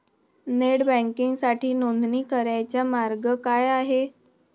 Net बँकिंगसाठी नोंदणी करण्याचा मार्ग काय आहे?